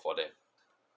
for them